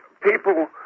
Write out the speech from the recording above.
people